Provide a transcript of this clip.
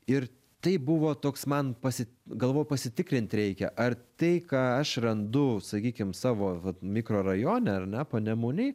ir tai buvo toks man pasi galvojau pasitikrint reikia ar tai ką aš randu sakykim savo mikrorajone ar na panemunėj